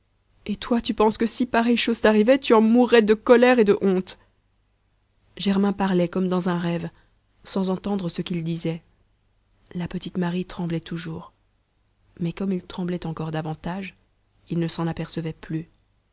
et toi tu penses que si pareille chose t'arrivait tu en mourrais de colère et de honte germain parlait comme dans un rêve sans entendre ce qu'il disait la petite marie tremblait toujours mais comme il tremblait encore davantage il ne s'en apercevait plus